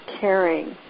caring